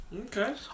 Okay